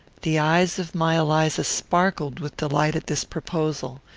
the eyes of my eliza sparkled with delight at this proposal.